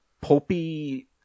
pulpy